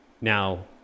Now